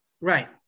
Right